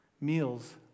Meals